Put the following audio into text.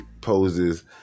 poses